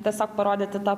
tiesiog parodyti tą